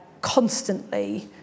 constantly